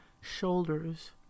shoulders